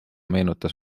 meenutas